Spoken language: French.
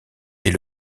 est